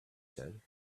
said